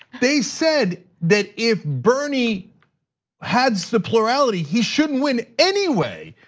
they said that if bernie has the plurality, he shouldn't win anyway,